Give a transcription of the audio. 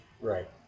Right